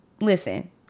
Listen